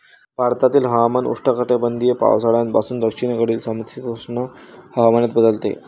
भारतातील हवामान उष्णकटिबंधीय पावसाळ्यापासून दक्षिणेकडील समशीतोष्ण हवामानात बदलते